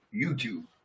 YouTube